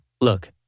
look